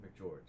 McGeorge